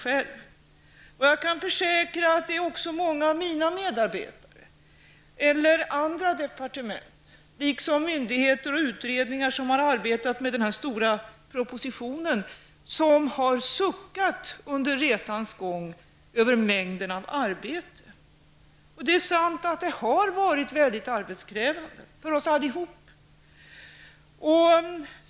Jag kan försäkra att också många av mina medarbetare och tjänstemän i andra departement, liksom myndigheter och utredningar, som har arbetat med den här stora propositionen, som har suckat under resans gång över mängden av arbete. Det är sant att det har varit väldigt arbetskrävande för oss alla.